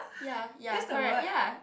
ya ya correct ya